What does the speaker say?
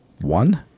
One